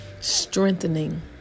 strengthening